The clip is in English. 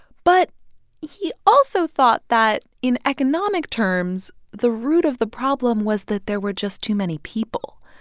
but he also thought that, in economic terms, the root of the problem was that there were just too many people.